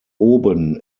oben